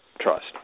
trust